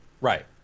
right